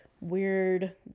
weird